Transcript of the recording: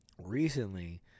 Recently